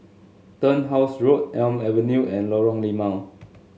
Turnhouse Road Elm Avenue and Lorong Limau